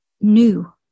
new